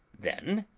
then,